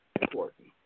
important